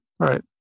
Right